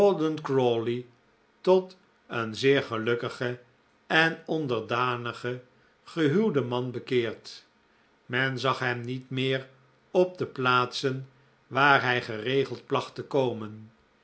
crawley tot een zeer gelukkigen en onderdanigen gehuwden man bekeerd men zag hem niet meer op de plaatsen waar hij geregeld placht te komen